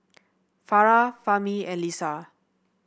Farah Fahmi and Lisa